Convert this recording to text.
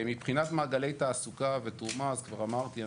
מבחינת מעגלי תעסוקה ותרומה אז כבר אמרתי.